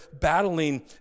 battling